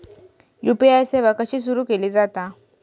UPI सेवा कशी सुरू केली जाता?